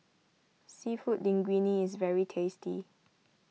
Seafood Linguine is very tasty